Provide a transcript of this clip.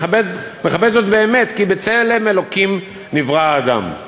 מכבד זאת באמת, כי בצלם אלוקים נברא האדם.